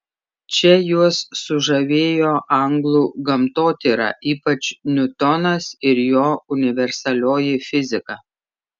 čia juos sužavėjo anglų gamtotyra ypač niutonas ir jo universalioji fizika